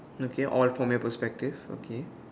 okay all from your prospective okay